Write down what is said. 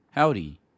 Howdy